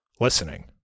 listening